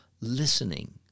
listening